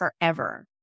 forever